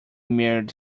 married